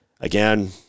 Again